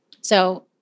So-